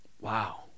Wow